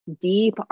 deep